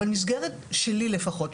אבל מסגרת שלי לפחות,